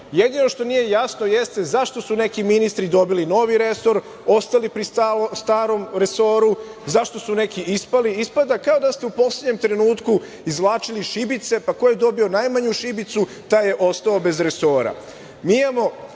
života. Jedino što nije jasno – zašto su neki ministri dobili novi resor, ostali pri starom resoru, zašto su neki ispali? Ispada kao da ste u poslednjem trenutku izvlačili šibice, pa ko je dobio najmanju taj je ostao bez resora. Mi